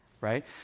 right